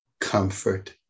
comfort